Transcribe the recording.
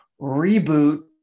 reboot